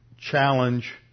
challenge